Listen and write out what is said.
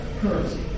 currency